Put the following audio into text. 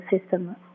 system